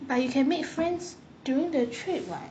but you can make friends during the trip [what]